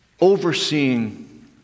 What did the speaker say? overseeing